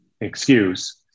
excuse